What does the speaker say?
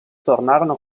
tornarono